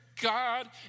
God